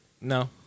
No